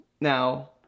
Now